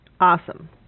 Awesome